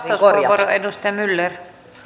puhemies edustaja